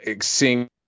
seeing